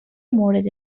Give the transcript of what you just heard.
مورد